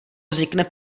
vznikne